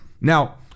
Now